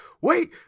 wait